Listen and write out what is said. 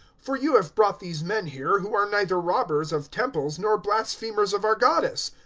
for you have brought these men here, who are neither robbers of temples nor blasphemers of our goddess.